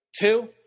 Two